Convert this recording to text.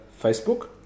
Facebook